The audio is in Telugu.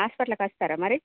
హాస్పిటల్కి వస్తారా మరి